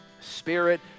spirit